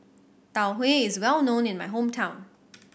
Tau Huay is well known in my hometown